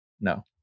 No